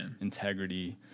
integrity